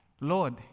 lord